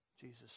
Jesus